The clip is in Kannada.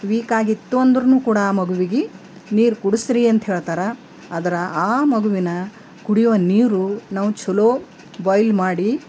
ವೀಕಾಗಿತ್ತು ಅಂದ್ರೂನು ಕೂಡ ಆ ಮಗುವಿಗೆ ನೀರು ಕುಡಿಸ್ರಿ ಅಂತ ಹೇಳ್ತಾರೆ ಆದ್ರೆ ಆ ಮಗುವಿನ ಕುಡಿಯುವ ನೀರು ನಾವು ಛಲೋ ಬಾಯ್ಲ್ ಮಾಡಿ